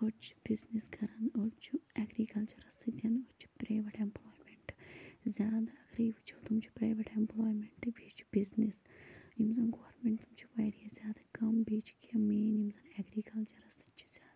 أڑۍ چھِ بِزنیٚس کَران أڑۍ چھِ ایٚگرِکَلچَرَس سۭتۍ أڑۍ چھِ پرٛایویٹ ایٚمپٕلایمیٚنٛٹ زیادٕ اَگرٔے وُچھو تِم چھِ پرٛایویٹ ایٚمپٕلایمیٚںٛٹ بیٚیہِ چھِ بِزنیٚس یِم زَن گورمیٚنٛٹ تِم چھِ واریاہ زیادٕ کَم بیٚیہِ چھِ کیٚنٛہہ مین یِم زَن ایٚگرِکَلچَرَس سۭتۍ چھِ زیادٕ